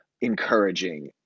encouraging